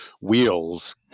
wheels